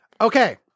Okay